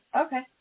Okay